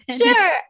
Sure